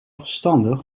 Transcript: verstandig